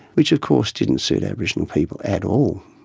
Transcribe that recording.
which, of course, didn't suit aboriginal people at all.